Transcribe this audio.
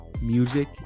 music